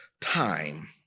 time